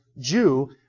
Jew